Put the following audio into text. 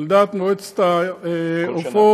על דעת מועצת העופות.